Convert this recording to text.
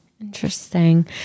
interesting